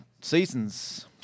season's